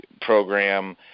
program